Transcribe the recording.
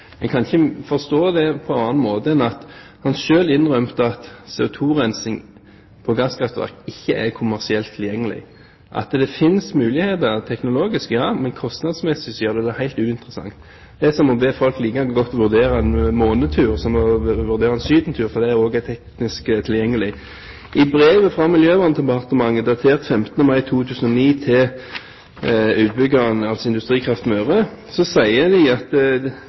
han selv innrømmet av CO2-rensing ved gasskraftverk ikke er kommersielt tilgjengelig – at det finnes muligheter teknologisk, ja, men kostnadsmessig gjør det det helt uinteressant. Det er som å be folk like godt vurdere en månetur som å vurdere en sydentur, for det er også teknisk tilgjengelig. I brevet fra Miljøverndepartementet datert 15. mai 2009 til utbyggeren, altså Industrikraft Møre, sier de at